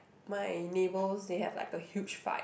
my neighbours they have like a huge fight